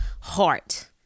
heart